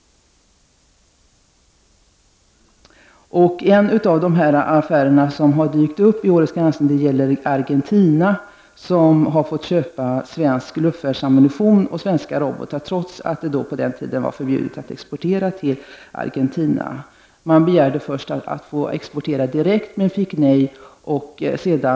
En av de affärer som dykt upp i årets granskning gäller Argentina. Argentina har fått köpa svensk luftvärnsammunition och svenska robotar, trots att det var förbjudet att exportera till Argentina. Man begärde först att få exportera direkt, men fick nej.